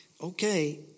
okay